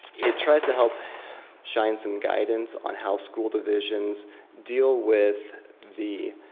it tries to help shine some guidance on how school divisions deal with the